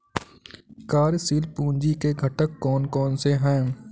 कार्यशील पूंजी के घटक कौन कौन से हैं?